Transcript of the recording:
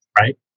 right